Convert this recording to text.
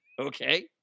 Okay